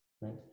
right